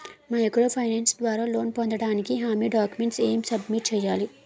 Micro finance ద్వారా loan పొందటానికి హామీ డాక్యుమెంట్స్ ఎం సబ్మిట్ చేయాలి?